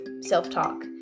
self-talk